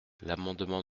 l’amendement